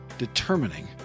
Determining